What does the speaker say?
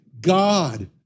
God